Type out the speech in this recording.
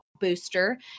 booster